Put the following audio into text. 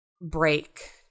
break